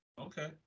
Okay